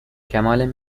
کمال